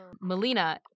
Melina